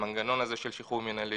המנגנון הזה של שחרור מינהלי